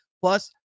plus